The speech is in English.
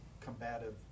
combative